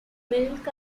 milk